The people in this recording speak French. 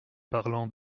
parlant